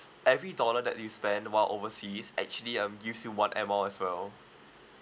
every dollar that you spend while overseas actually um gives you one air mile as well